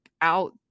out